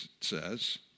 says